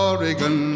Oregon